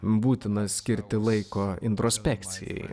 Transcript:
būtina skirti laiko introspekcijai